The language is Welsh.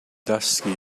dysgu